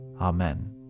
Amen